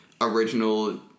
original